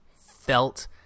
felt